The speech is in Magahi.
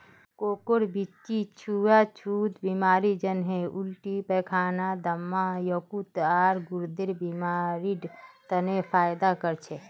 कोकोर बीच्ची छुआ छुत बीमारी जन्हे उल्टी पैखाना, दम्मा, यकृत, आर गुर्देर बीमारिड तने फयदा कर छे